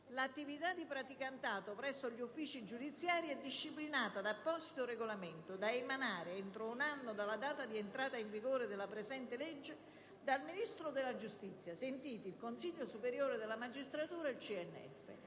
«L'attività di praticantato presso gli uffici giudiziari è disciplinata da apposito regolamento da emanare, entro un anno dalla data di entrata in vigore della presente legge, dal Ministro della giustizia, sentiti il Consiglio superiore della magistratura e il CNF».